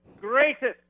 Greatest